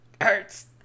hurts